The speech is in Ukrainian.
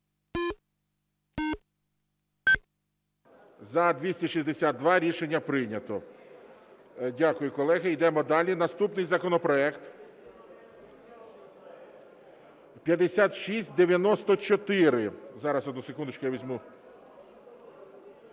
За-262 Рішення прийнято. Дякую, колеги. Йдемо далі, наступний законопроект 5694. Зараз, одну секундочку, я візьму…